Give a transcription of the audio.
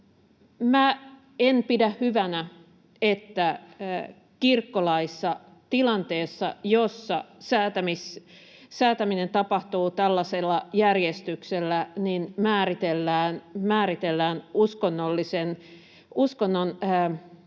en pidä hyvänä, että kirkkolaissa, tilanteessa, jossa säätäminen tapahtuu tällaisella järjestyksellä, määritellään uskonnon perussisältöjä.